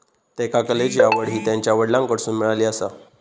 त्येका कलेची आवड हि त्यांच्या वडलांकडसून मिळाली आसा